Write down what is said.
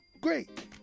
great